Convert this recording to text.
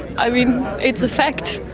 i mean it's a fact!